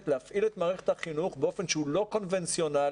להפעיל את מערכת החינוך באופן שהוא לא קונבנציונאלי.